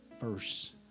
verse